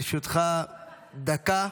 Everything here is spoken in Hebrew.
לרשותך דקה.